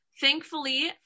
thankfully